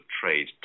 trade